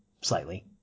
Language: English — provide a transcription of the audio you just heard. slightly